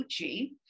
gucci